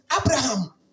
Abraham